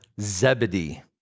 Zebedee